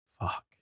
Fuck